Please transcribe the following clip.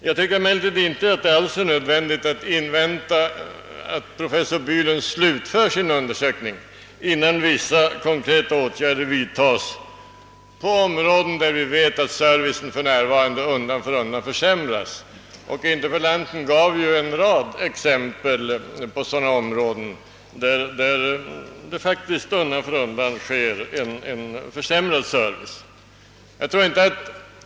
Jag tycker emellertid inte att det är nödvändigt att invänta professor Bylunds slutförande av sin undersökning innan vissa konkreta åtgärder vidtages på områden, där vi vet att service för närvarande successivt försämras. Interpellanten gav en rad exempel på sådana områden där en försämrad service faktiskt skett undan för undan.